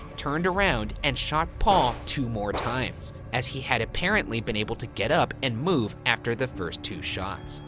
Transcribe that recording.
turned around, and shot paul two more times, as he had apparently been able to get up and move after the first two shots.